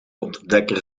ontdekker